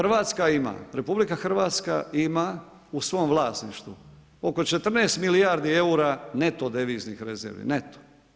RH ima u svom vlasništvu oko 14 milijardi eura neto deviznih rezervi, neto.